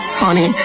honey